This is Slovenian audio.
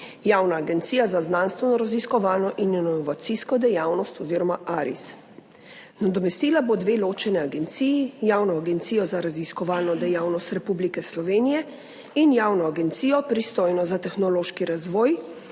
Javna agencija za znanstvenoraziskovalno in inovacijsko dejavnost oziroma ARIS. Nadomestila bo dve ločeni agenciji, Javno agencijo za raziskovalno dejavnost Republike Slovenije in javno agencijo, pristojno za tehnološki razvoj,